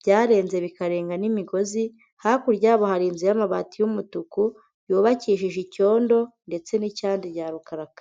byarenze bikarenga n'imigozi. Hakurya yabo hari inzu y'amabati y'umutuku yubakishije icyondo ndetse n'icyandi bya rukarakara.